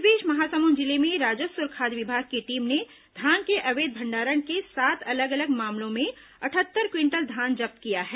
इस बीच महासमुंद जिले में राजस्व और खाद्य विभाग की टीम ने धान के अवैध भंडारण के सात अलग अलग मामलों में अटहत्तर क्विंटल धान जब्त किया है